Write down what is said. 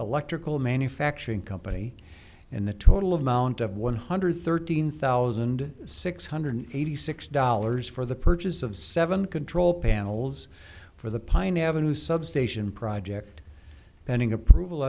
electrical manufacturing company in the total of mt of one hundred thirteen thousand six hundred eighty six dollars for the purchase of seven control panels for the pine avenue substation project pending approval